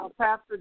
Pastor